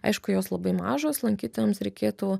aišku jos labai mažos lankytojams reikėtų